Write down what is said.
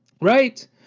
Right